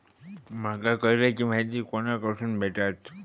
माका कर्जाची माहिती कोणाकडसून भेटात?